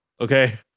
okay